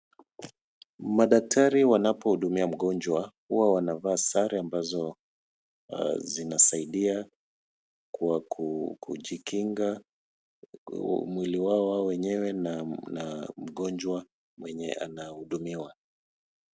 Madktari wanapohudumia mgonjwa huwa wanavaa sare ambayo zinasaidia kwa kujikinga mwili wao wao wenyewe na mgonjwa mwenye anahudumiwa.